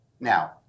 Now